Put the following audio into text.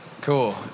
Cool